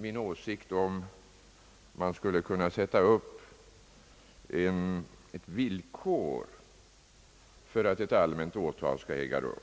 min åsikt om man skulle kunna sätta upp ett villkor för att ett allmänt åtal skall äga rum.